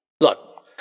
Look